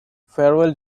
farewell